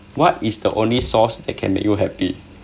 what is the only source that can make you happy